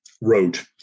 wrote